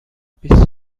بیست